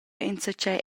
enzatgei